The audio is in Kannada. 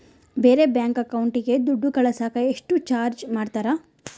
ಬೇರೆ ಬ್ಯಾಂಕ್ ಅಕೌಂಟಿಗೆ ದುಡ್ಡು ಕಳಸಾಕ ಎಷ್ಟು ಚಾರ್ಜ್ ಮಾಡತಾರ?